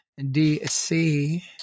DC